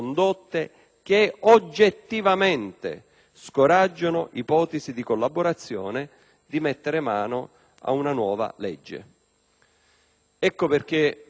che oggettivamente scoraggiano ipotesi di collaborazione, mettere mano ad una nuova legge». Ecco perché